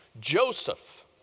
Joseph